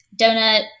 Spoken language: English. donut